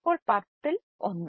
അപ്പോൾ 10ൽ 1